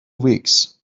weeks